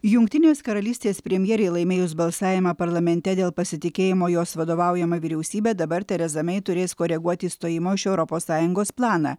jungtinės karalystės premjerei laimėjus balsavimą parlamente dėl pasitikėjimo jos vadovaujama vyriausybe dabar tereza mei turės koreguoti išstojimo iš europos sąjungos planą